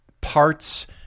Parts